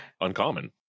uncommon